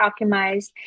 optimized